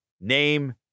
Name